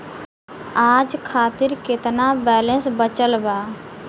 आज खातिर केतना बैलैंस बचल बा?